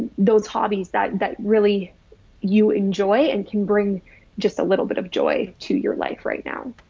those hobbies that, that really you enjoy and can bring just a little bit of joy to your life right now.